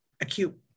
acute